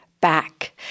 back